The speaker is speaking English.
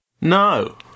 No